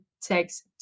takes